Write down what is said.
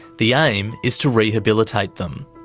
the aim is to rehabilitate them.